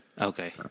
Okay